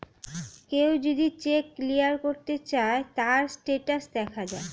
কেউ যদি check clear করতে চায়, তার স্টেটাস দেখা যায়